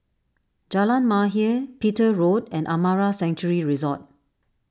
Jalan Mahir Petir Road and Amara Sanctuary Resort